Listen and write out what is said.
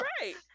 right